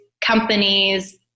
companies